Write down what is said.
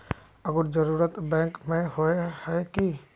अगर जरूरत बैंक में होय है की?